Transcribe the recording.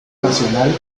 nacional